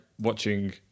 watching